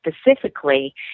specifically